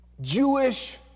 Jewish